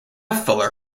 fuller